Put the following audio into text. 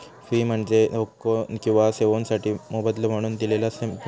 fee म्हणजे हक्को किंवा सेवोंसाठी मोबदलो म्हणून दिलेला किंमत